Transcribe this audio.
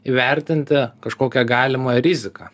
įvertinti kažkokią galimą riziką